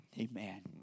Amen